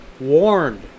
warned